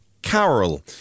Carol